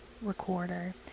recorder